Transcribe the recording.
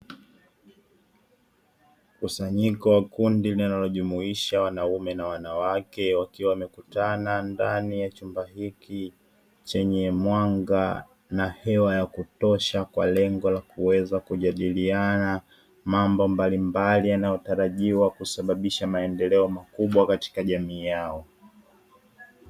Mkusanyiko wa kundi linalojumuisha wanaume na wanawake wakiwa wamekutana ndani ya chumba hiki chenye mwanga na hewa ya kutosha, kwa lengo la kuweza kujadiliana mambo mbalimbali yanayotarajiwa kusababisha maendeleo makubwa katika jamii yao.